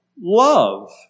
love